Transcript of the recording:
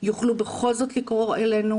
יוכלו בכל זאת לקרוא אלינו,